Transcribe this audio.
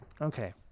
Okay